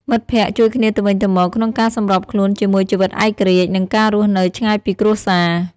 មិត្តភក្តិជួយគ្នាទៅវិញទៅមក ក្នុងការសម្របខ្លួនជាមួយជីវិតឯករាជ្យ និងការរស់នៅឆ្ងាយពីគ្រួសារ។